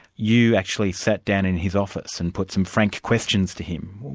you actually sat down in his office and put some frank questions to him.